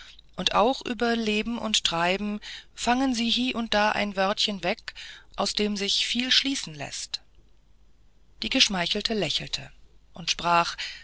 und auch über leben und treiben fangen sie hie und da ein wörtchen weg aus dem sich viel schließen läßt die geschmeichelte lächelte und sprach